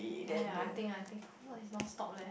ya ya I think I think work is non stop leh